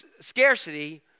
scarcity